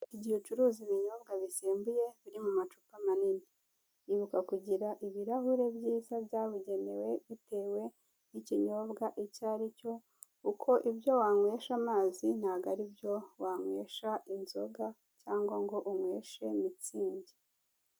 Mu gihe ucuruza ibinyobwa bisembuye biri mu macupa manini, ibuka kugira ibarahure byiza byabugenewe bitewe n'ikinyobwa icyo ari cyo; kuko ibyo wanywesha amazi ntabwo ari byo wanyesha inzoga cyangwa ngo unyweshe mitsingi.